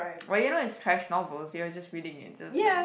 why you know it's trash novels you are just reading it just like